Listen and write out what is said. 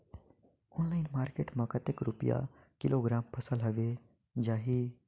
Online market मां कतेक रुपिया किलोग्राम फसल हवे जाही?